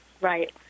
Right